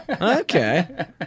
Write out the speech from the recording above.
Okay